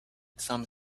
some